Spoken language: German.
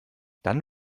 dann